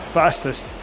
fastest